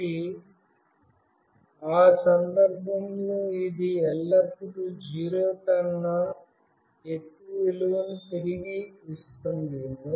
కాబట్టి ఆ సందర్భంలో ఇది ఎల్లప్పుడూ 0 కన్నా ఎక్కువ విలువను తిరిగి ఇస్తుంది